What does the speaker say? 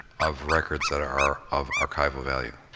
of records that are of archival value.